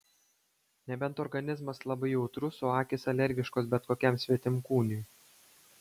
nebent organizmas labai jautrus o akys alergiškos bet kokiam svetimkūniui